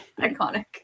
iconic